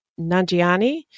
Nanjiani